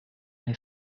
nel